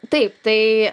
taip tai